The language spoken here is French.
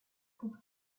coupe